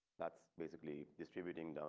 that's basically distributing